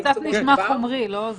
פסק הדין אומר שההוראה תינתן בחיקוק.